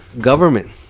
Government